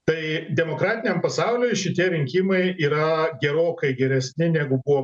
tai demokratiniam pasauliui šitie rinkimai yra gerokai geresni negu buvo